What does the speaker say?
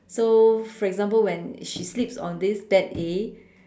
so for example when she sleeps on this bed A